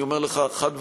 אני אומר לך חד-משמעית,